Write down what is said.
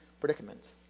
predicament